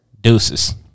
deuces